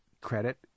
credit